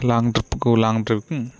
long ట్రిప్పుకు long trip